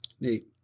Neat